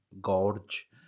Gorge